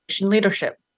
leadership